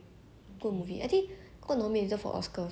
mmhmm mm ya lor that movie not bad